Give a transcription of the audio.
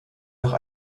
nach